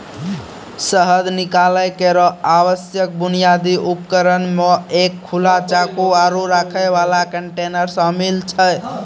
शहद निकालै केरो आवश्यक बुनियादी उपकरण म एक खुला चाकू, आरु रखै वाला कंटेनर शामिल छै